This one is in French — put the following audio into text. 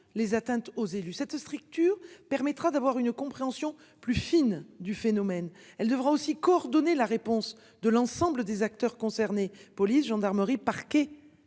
les atteintes aux élus cette stricte eurent permettra d'avoir une compréhension plus fine du phénomène. Elle devra aussi coordonner la réponse de l'ensemble des acteurs concernés, police, gendarmerie, parquet,